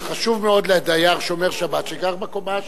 חשוב מאוד לדייר שומר שבת שגר בקומה השביעית.